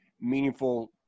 meaningful